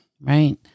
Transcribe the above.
Right